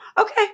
Okay